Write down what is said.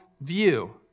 view